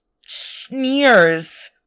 sneers